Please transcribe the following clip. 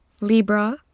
Libra